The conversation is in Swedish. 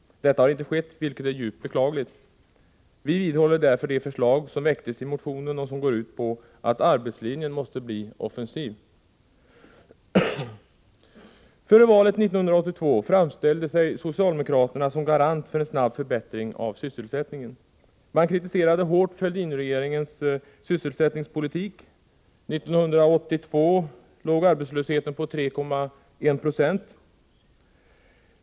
Detta har inte skett, vilket är djupt beklagligt. Vi vidhåller därför de förslag som väcktes i motionen och som går ut på att arbetslinjen måste bli offensiv. Före valet 1982 framställde sig socialdemokraterna som garanter för en snabb förbättring av sysselsättningen. Man kritiserade hårt Fälldinregeringens sysselsättningspolitik; 1982 låg arbetslösheten på 3,196.